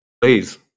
Please